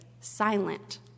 silent